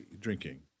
drinking